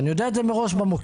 ואני יודע את זה מראש במוקד.